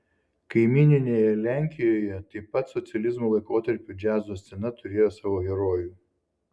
kaimyninėje lenkijoje taip pat socializmo laikotarpiu džiazo scena turėjo savo herojų